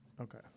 Okay